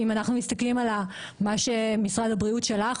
אם אנחנו מסתכלים על מה שמשרד הבריאות שלח,